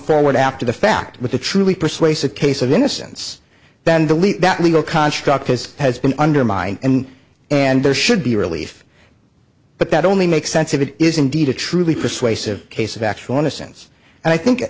forward after the fact with a truly persuasive case of innocence than believe that legal contract has has been undermined and and there should be relief but that only makes sense if it is indeed a truly persuasive case of actual innocence and i think